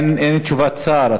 אין תשובת שר.